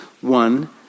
one